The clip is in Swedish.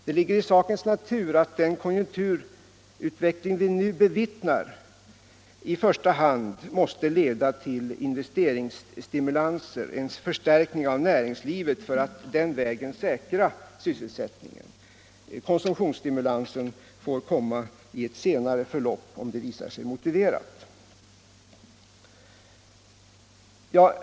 Det ligger i sakens natur att den konjunkturutveckling vi nu bevittnar i första hand kräver ökade investeringar för att den vägen säkra sysselsättningen. Konsumtionsstimulansen får komma i ett senare förlopp, om det visar sig motiverat.